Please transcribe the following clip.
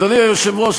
אדוני היושב-ראש,